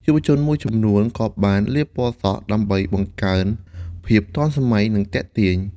យុវជនមួយចំនួនក៏បាន លាបពណ៌សក់ ដើម្បីបង្កើនភាពទាន់សម័យនិងទាក់ទាញ។